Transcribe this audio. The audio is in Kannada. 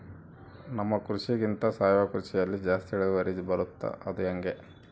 ನಮ್ಮ ಕೃಷಿಗಿಂತ ಸಾವಯವ ಕೃಷಿಯಲ್ಲಿ ಜಾಸ್ತಿ ಇಳುವರಿ ಬರುತ್ತಾ ಅದು ಹೆಂಗೆ?